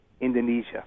Indonesia